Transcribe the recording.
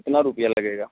کتنا روپیہ لگے گا